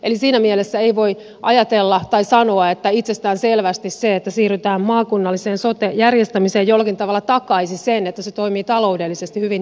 eli siinä mielessä ei voi sanoa että itsestään selvästi se että siirrytään maakunnalliseen sote järjestämiseen jollakin tavalla takaisi sen että se toimii taloudellisesti hyvin tehokkaasti